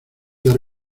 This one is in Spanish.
dar